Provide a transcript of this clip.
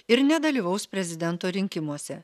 ir nedalyvaus prezidento rinkimuose